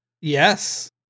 Yes